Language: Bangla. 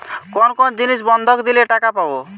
কোন কোন জিনিস বন্ধক দিলে টাকা পাব?